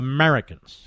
Americans